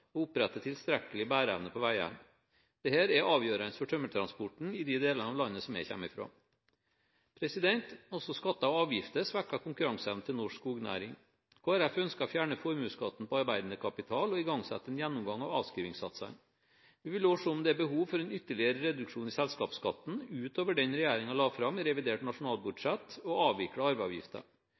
og opprette tilstrekkelig bæreevne på veiene. Dette er avgjørende for tømmertransporten i de delene av landet som jeg kommer fra. Også skatter og avgifter svekker konkurranseevnen til norsk skognæring. Kristelig Folkeparti ønsker å fjerne formueskatten på arbeidende kapital og igangsette en gjennomgang av avskrivingssatsene. Vi vil også se om det er behov for en ytterligere reduksjon i selskapsskatten utover den regjeringen la fram i revidert nasjonalbudsjett, og avvikle